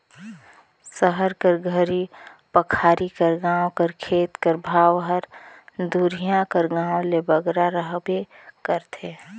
सहर कर घरी पखारी कर गाँव कर खेत कर भाव हर दुरिहां कर गाँव ले बगरा रहबे करथे